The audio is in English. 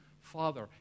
Father